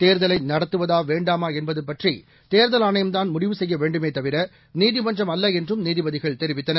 தேர்தலை நடத்துவதா வேண்டாமா என்பது பற்றி தேர்தல் ஆணையம் தான் முடிவு செய்ய வேண்டுமே தவிர நீதிமன்றம் அல்ல என்றும் நீதிபதிகள் தெரிவித்தனர்